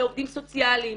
עובדים סוציאליים.